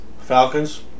Falcons